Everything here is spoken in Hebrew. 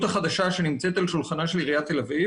החדשה שנמצאת על שולחנה של עיריית תל אביב.